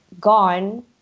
gone